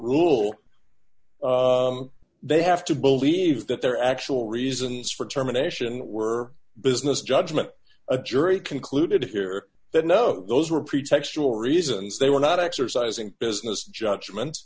rule they have to believe that their actual reasons for terminations were business judgment a jury concluded here that no those were pretextual reasons they were not exercising business judgment